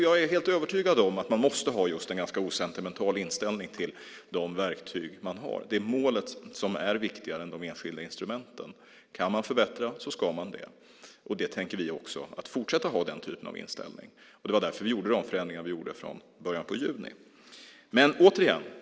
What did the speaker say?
Jag är helt övertygad om att man måste ha en osentimental inställning till de verktyg man har. Målet är viktigare än de enskilda instrumenten. Kan man förbättra ska man det. Vi tänker fortsätta att ha den typen av inställning. Det är därför vi gjorde förändringarna i början av juni.